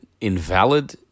invalid